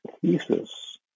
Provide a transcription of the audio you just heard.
thesis